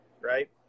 right